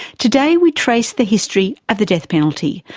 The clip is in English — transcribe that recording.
today we trace the history of the death penalty,